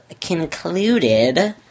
concluded